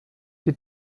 die